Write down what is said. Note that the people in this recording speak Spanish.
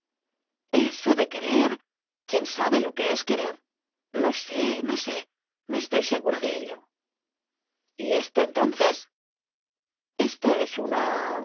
eso de querer quién sabe lo que es querer no sé no sé no estoy segura de ello y esto entonces esto es una